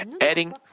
adding